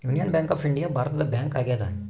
union Bank of India ಭಾರತದ bank ಆಗ್ಯಾದ